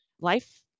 life